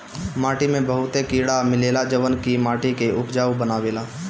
माटी में बहुते कीड़ा मिलेला जवन की माटी के उपजाऊ बनावेला